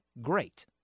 great